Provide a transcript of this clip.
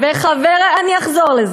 אני אחזור לזה.